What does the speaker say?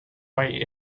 way